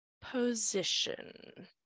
position